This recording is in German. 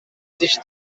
sich